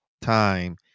time